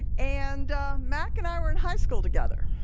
and mac and i were in high school together.